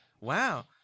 Wow